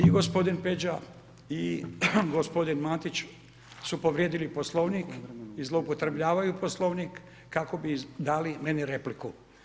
I gospodin Peđa i gospodin Matić su povrijedili Poslovnik i zloupotrebljavaju Poslovnik kako bi dali meni repliku.